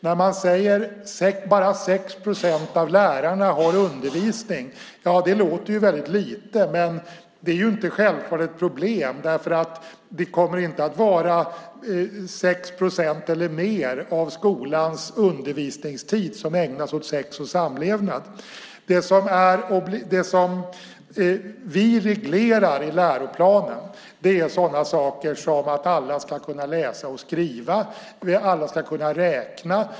När man säger att bara 6 procent av lärarna får undervisning låter det ju väldigt lite, men det är ju inte självklart ett problem, därför att det kommer inte att vara 6 procent eller mer av skolans undervisningstid som ägnas åt sex och samlevnad. Det vi reglerar i läroplanen är sådana saker som att alla ska kunna läsa och skriva och att alla ska kunna räkna.